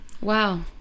Wow